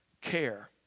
care